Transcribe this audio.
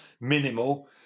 minimal